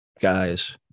Guys